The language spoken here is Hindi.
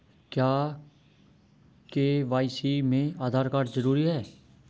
क्या के.वाई.सी में आधार कार्ड जरूरी है?